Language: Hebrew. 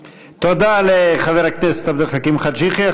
תודה לחבר הכנסת עבד אל חכים חאג' יחיא.